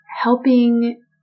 helping